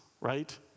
right